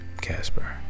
Casper